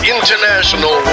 International